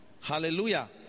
Hallelujah